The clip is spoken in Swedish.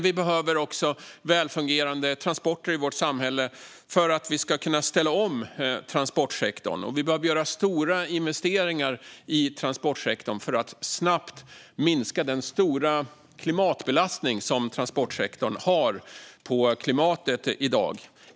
Vi behöver också välfungerande transporter i vårt samhälle för att kunna ställa om transportsektorn. Vi behöver göra stora investeringar i transportsektorn för att snabbt minska den stora belastning på klimatet som transportsektorn har i dag.